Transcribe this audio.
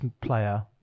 player